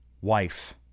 wife